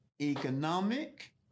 economic